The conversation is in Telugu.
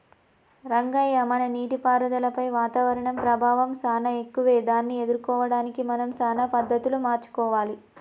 రంగయ్య మన నీటిపారుదలపై వాతావరణం ప్రభావం సానా ఎక్కువే దాన్ని ఎదుర్కోవడానికి మనం సానా పద్ధతులు మార్చుకోవాలి